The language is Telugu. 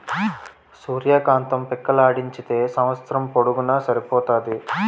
సూర్య కాంతం పిక్కలాడించితే సంవస్సరం పొడుగునూన సరిపోతాది